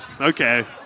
Okay